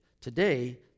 today